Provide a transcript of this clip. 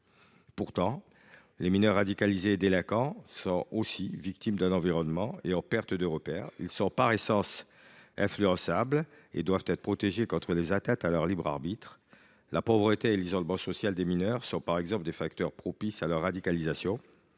Pourtant, les mineurs radicalisés et délinquants sont aussi victimes d’un environnement et en perte de repères. Ils sont par essence influençables et doivent être protégés contre les atteintes à leur libre arbitre. La pauvreté et l’isolement social des mineurs sont, par exemple, des facteurs propices à leur radicalisation,